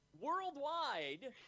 worldwide